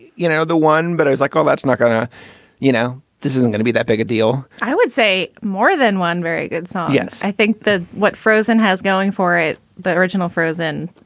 you know, the one. but i was like, oh, that's not gonna you know, this isn't gonna be that big a deal i would say more than one very good song. yes. i think that what frozen. has going for it. the original frozen.